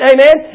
Amen